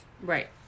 Right